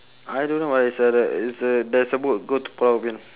I don't know but it's a t~ it's a there's a boat go to pulau ubin ah